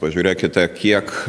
pažiūrėkite kiek